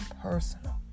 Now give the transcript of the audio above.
personal